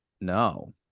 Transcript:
No